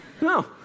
No